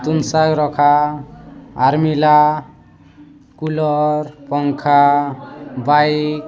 ତୁନ ସାଗ ରଖା ଆଲମିରାହ କୁଲର୍ ପଙ୍ଖା ବାଇକ୍